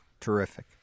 terrific